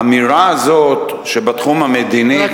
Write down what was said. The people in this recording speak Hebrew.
האמירה הזאת שבתחום המדיני,